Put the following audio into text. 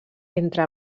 entre